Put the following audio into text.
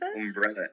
Umbrella